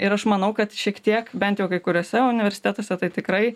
ir aš manau kad šiek tiek bent jau kai kuriuose universitetuose tai tikrai